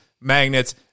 magnets